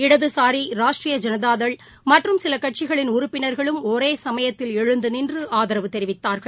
இடதுசாரி ராஷ்டிரிய ஐனதாதள் மற்றும் சில கட்சிகளின் உறுப்பினர்களும் ஒரே சமயத்தில் எழுந்து நின்று ஆதரவு தெரிவித்தார்கள்